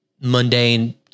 mundane